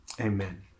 Amen